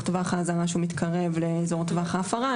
טווח האזהרה שהוא מתקרב לאזור טווח ההפרה,